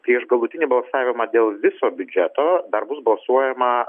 prieš galutinį balsavimą dėl viso biudžeto dar bus balsuojama